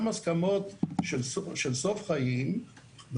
מיום רביעי בחול המועד סוכות שבו זה קרה השתנו לנו החיים מקצה לקצה.